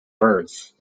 birds